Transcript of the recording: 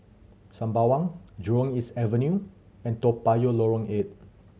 Sembawang Jurong East Avenue and Toa Payoh Lorong Eight